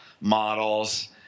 models